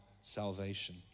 salvation